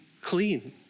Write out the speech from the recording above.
clean